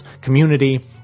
community